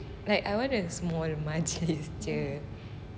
like I want a small majlis jer